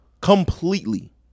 Completely